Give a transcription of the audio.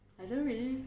I don't really